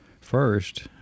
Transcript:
First